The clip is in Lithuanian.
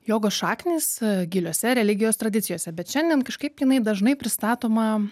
jogos šaknys giliuose religijos tradicijose bet šiandien kažkaip jinai dažnai pristatoma